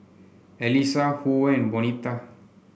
Elisa Hoover Bonita